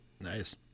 Nice